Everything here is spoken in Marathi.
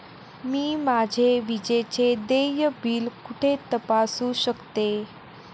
मी माझे विजेचे देय बिल कुठे तपासू शकते?